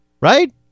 Right